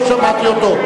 לא שמעתי אותו.